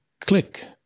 click